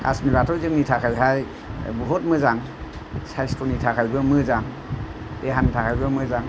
काश्मीराथ' जोंनि थाखायहाय बहुद मोजां साइस्थ'नि थाखायबो मोजां देहानि थाखायबो मोजां